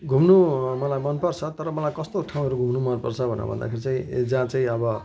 घुम्नु मलाई मनपर्छ तर मलाई कस्तो ठाउँहरू घुम्नु मनपर्छ भनेर भन्दाखेरि चाहिँ जहाँ चाहिँ अब